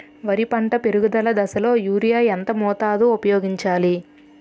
వరి పంట పెరుగుదల దశలో యూరియా ఎంత మోతాదు ఊపయోగించాలి?